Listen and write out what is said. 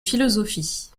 philosophie